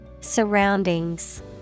Surroundings